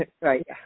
Right